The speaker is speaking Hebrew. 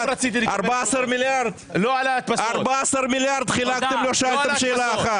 14 מיליארד חילקתם ולא שאלתם שאלה אחת.